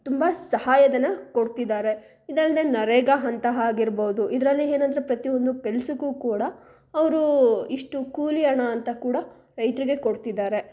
ತುಂಬ ಸಹಾಯಧನ ಕೊಡ್ತಿದ್ದಾರೆ ಇದಲ್ಲದೇ ನರೇಗಾ ಅಂತ ಆಗಿರ್ಬೋದು ಇದರಲ್ಲಿ ಏನಂದ್ರೆ ಪ್ರತಿಯೊಂದು ಕೆಲ್ಸಕ್ಕು ಕೂಡ ಅವ್ರು ಇಷ್ಟು ಕೂಲಿ ಹಣ ಅಂತ ಕೂಡ ರೈತರಿಗೆ ಕೊಡ್ತಿದ್ದಾರೆ